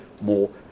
more